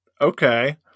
Okay